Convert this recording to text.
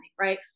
right